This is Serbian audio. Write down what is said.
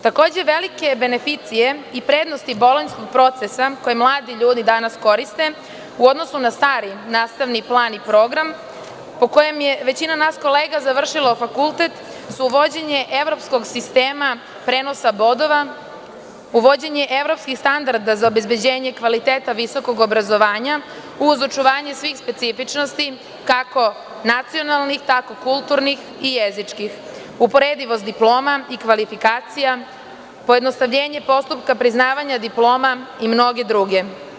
Takođe, velike beneficije i prednosti bolonjskog procesa, koji mladi ljudi danas koriste, u odnosu na stari nastavni plan i program, po kojem je većina nas kolega završila fakultet, su uvođenje evropskog sistema prenosa bodova, uvođenje evropskih standarda za obezbeđenje kvaliteta visokog obrazovanja uz očuvanje svih specifičnosti kako nacionalnih, tako kulturnih i jezičkih, uporedivost diploma i kvalifikacija, pojednostavljenje postupka priznavanja diploma i mnoge druge.